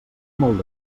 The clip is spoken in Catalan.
molt